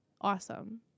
awesome